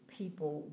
people